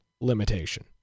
limitation